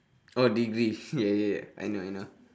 oh degree ya ya ya I know I know